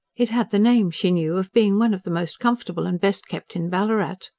it had the name, she knew, of being one of the most comfortable and best-kept in ballarat.